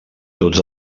tots